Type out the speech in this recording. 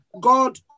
God